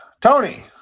Tony